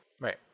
Right